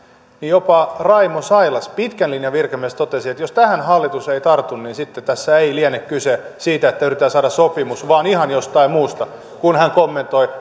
niin jopa raimo sailas pitkän linjan virkamies totesi että jos tähän hallitus ei tartu niin sitten tässä ei liene kyse siitä että yritetään saada sopimus vaan ihan jostain muusta kun hän kommentoi